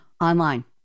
online